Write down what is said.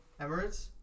Emirates